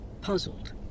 puzzled